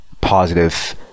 positive